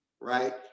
right